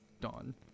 dawn